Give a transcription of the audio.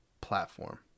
Platform